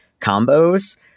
combos